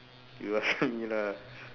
you are ask me lah